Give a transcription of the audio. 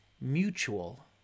mutual